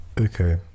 Okay